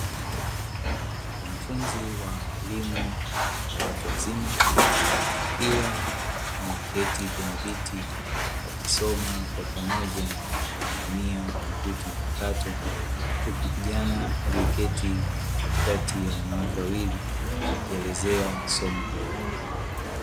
Wanafunzi wa elimu ya watu wazima wakiwa wameketi kwenye viti, wakisoma kwa pamoja kwa kutumia kompyuta mpakato. Huku kijana aliyeketi katikati ya wanawake wawili akielezea somo hilo.